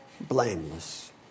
blameless